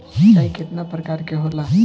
सिंचाई केतना प्रकार के होला?